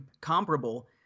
comparable